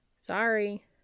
Sorry